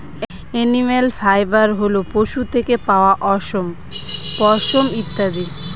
animal fibre হল পশু থেকে পাওয়া অশম, পশম ইত্যাদি